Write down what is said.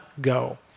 go